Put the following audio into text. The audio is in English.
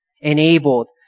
enabled